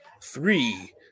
three